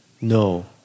no